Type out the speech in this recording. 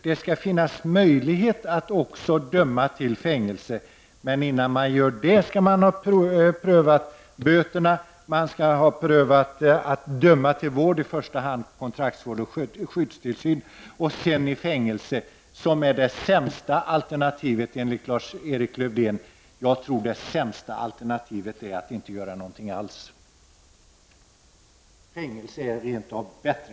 Det skall finnas möjlighet att också döma till fängelse, men innan man gör det skall man pröva böter och vård, i första hand kontrakts vård och skyddstillsyn. Fängelse är det sämsta alternativet, enligt Lars-Erik Lövdén. Jag tror att det sämsta alternativet är att inte göra någonting alls — fängelse är rent av bättre.